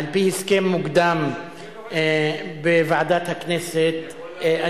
על שיפור המערכות השלטוניות ועל המהות הזאת של תיקון ליקויים.